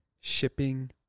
shipping